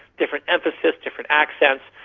different emphasis, different accents.